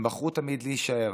הם בחרו תמיד להישאר,